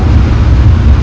wear niqab